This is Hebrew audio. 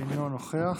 אינו נוכח,